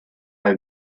have